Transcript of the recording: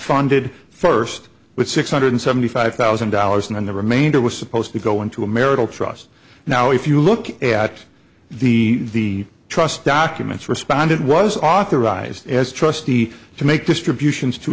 funded first with six hundred seventy five thousand dollars and then the remainder was supposed to go into a marital trust now if you look at the trust documents respondent was authorized as trustee to make distributions to